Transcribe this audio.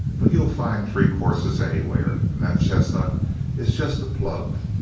but you'll find freak hosses anywhere. and that chestnut is just a plug.